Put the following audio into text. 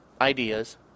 ideas